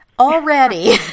Already